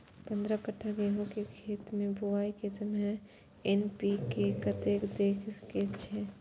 पंद्रह कट्ठा गेहूं के खेत मे बुआई के समय एन.पी.के कतेक दे के छे?